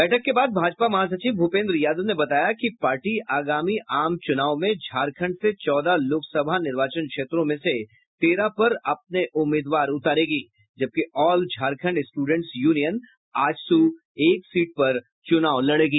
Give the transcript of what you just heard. बैठक के बाद भाजपा महासचिव भूपेन्द्र यादव ने बताया कि पार्टी आगामी आम चुनाव में झारखंड से चौदह लोकसभा निर्वाचन क्षेत्रों में से तेरह पर अपने उम्मीदवार उतारेगी जबकि all Jharkhand students union A J S U एक सीट पर चूनाव लड़ेगी